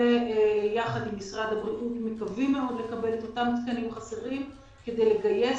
וביחד עם משרד הבריאות מקווים מאוד לקבל את התקנים החסרים כדי לגייס